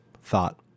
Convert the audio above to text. thought